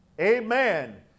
Amen